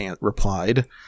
replied